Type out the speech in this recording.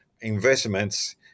investments